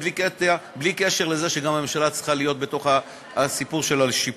בלי קשר לזה שגם הממשלה צריכה להיות בתוך הסיפור של השיפוי.